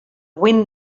wind